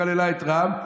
שכללה את רע"מ,